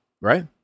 right